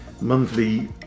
monthly